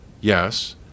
Yes